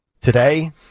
Today